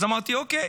אז אמרתי: אוקיי,